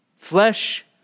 Flesh